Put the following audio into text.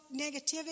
negativity